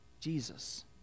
jesus